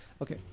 Okay